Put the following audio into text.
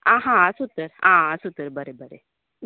आंहा आसू तर आह आसू तर बरें बरें